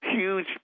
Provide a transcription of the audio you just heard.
Huge